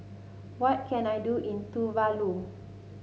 what can I do in Tuvalu